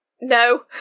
no